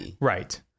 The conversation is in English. Right